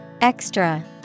Extra